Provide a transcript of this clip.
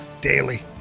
daily